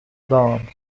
danced